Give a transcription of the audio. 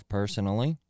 personally